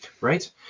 Right